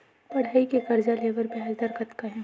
पढ़ई के कर्जा ले बर ब्याज दर कतका हे?